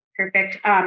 Perfect